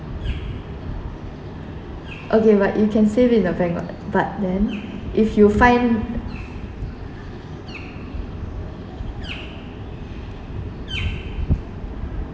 okay but you can save in the bank what but then if you find